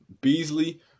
Beasley